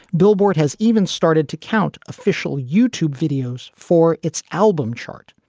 billboard has even started to count official youtube videos for its album chart.